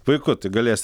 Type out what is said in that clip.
puiku tai galės